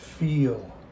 feel